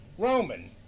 Roman